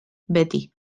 beti